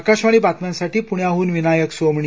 आकाशवाणी बातम्यांसाठी प्ण्याहन विनायक सोमणी